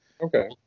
okay